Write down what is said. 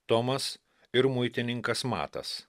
tomas ir muitininkas matas